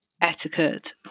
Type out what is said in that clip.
etiquette